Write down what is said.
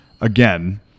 again